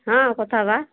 ହଁ କଥା ହେବା